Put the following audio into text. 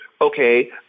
okay